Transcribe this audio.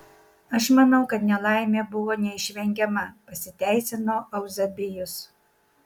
aš manau kad nelaimė buvo neišvengiama pasiteisino euzebijus